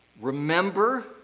Remember